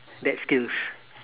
that skills